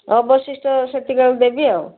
ଅବଶିଷ୍ଟ ସେତିକି ଆଉ ଦେବି ଆଉ